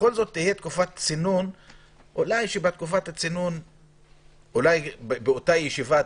בכל זאת תהיה תקופת צינון שבה - אולי באותה ישיבה-